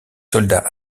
soldats